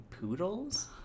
poodles